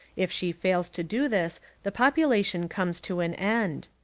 if she fails to do this the population comes to an end.